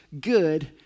good